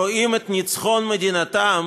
רואים את ניצחון מדינתם